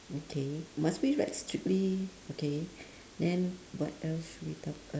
okay must we like strictly okay then what else we talk uh